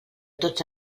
tots